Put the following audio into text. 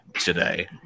today